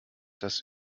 das